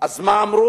אז מה אמרו?